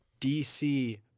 DC